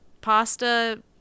pasta